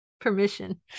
permission